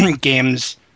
games